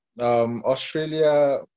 Australia